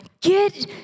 get